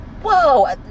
Whoa